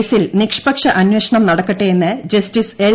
കേസിൽ നിഷ്പക്ഷ അന്വേഷണം നടക്കട്ടെയെന്ന് ജസ്റ്റീസ് എൽ